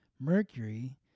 Mercury